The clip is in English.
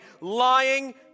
lying